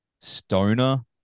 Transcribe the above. stoner